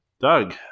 Doug